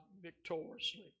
victoriously